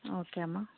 okay అమ్మ